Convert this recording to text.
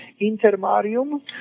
Intermarium